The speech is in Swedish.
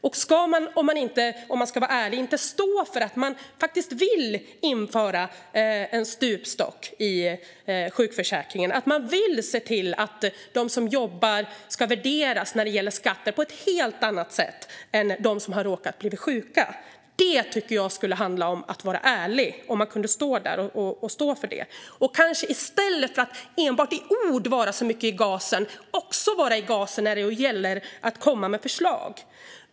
Om man ska vara ärlig, ska man då inte stå för att man faktiskt vill införa en stupstock i sjukförsäkringen? Ska man inte stå för att man vill se till att de som jobbar ska värderas när det gäller skatter på ett helt annat sätt än dem som har råkat bli sjuka? Det tycker jag skulle handla om att vara ärlig - om man kunde stå i talarstolen och stå för detta. I stället för att enbart i ord vara så mycket i gasen borde man också vara i gasen när det gäller att komma med förslag.